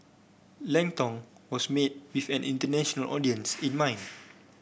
Lang Tong was made with an international audience in mind